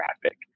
traffic